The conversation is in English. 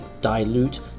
dilute